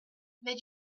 mais